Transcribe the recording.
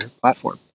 platform